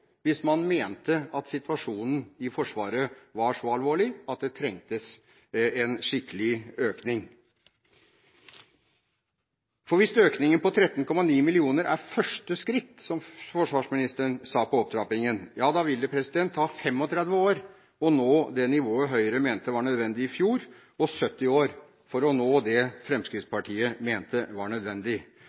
hvis man mente at situasjonen i Forsvaret var så alvorlig at det trengtes en skikkelig økning. Hvis økningen på 13,9 mill. kr er «første skritt» – som forsvarsministeren sa – på opptrappingen, vil det ta 35 år å nå det nivået Høyre mente var nødvendig i fjor, og 70 år å nå det Fremskrittspartiet mente var nødvendig.